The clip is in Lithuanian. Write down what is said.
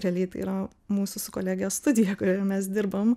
realiai tai yra mūsų su kolege studija kurioje mes dirbam